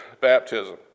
baptism